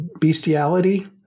bestiality